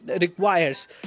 requires